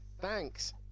thanks